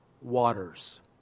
waters